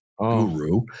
Guru